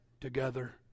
together